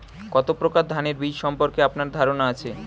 কত প্রকার ধানের বীজ সম্পর্কে আপনার ধারণা আছে?